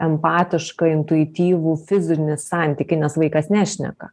empatišką intuityvų fizinį santykį nes vaikas nešneka